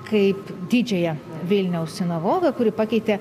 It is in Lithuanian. kaip didžiąją vilniaus sinagogą kuri pakeitė